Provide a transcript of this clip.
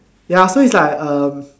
ya so it's like um